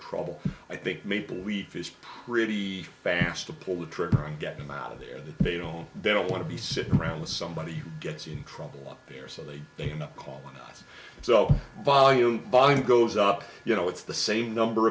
trouble i think maple leaf is pretty fast to pull the trigger and get them out of there that they don't they don't want to be sitting around with somebody gets in trouble up here so they call us so volume bug goes up you know it's the same number